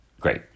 great